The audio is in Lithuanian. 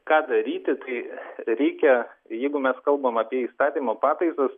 ką daryti kai reikia jeigu mes kalbam apie įstatymo pataisas